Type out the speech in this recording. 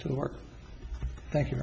to work thank you